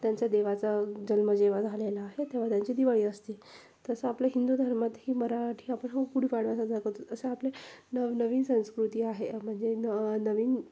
त्यांचा देवाचा जन्म जेव्हा झालेला आहे तेव्हा त्यांची दिवाळी असते तसं आपल्या हिंदू धर्मात ही मराठी आपण हो गुढीपाडवा साजरा करतो असं आपले नवनवीन संस्कृती आहे म्हणजे न नवीन